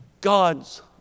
God's